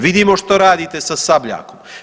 Vidimo što radite sa Sabljakom.